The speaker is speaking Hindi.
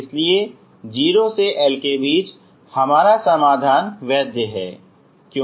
इसलिए 0 से L के बीच हमारा समाधान वैध हैं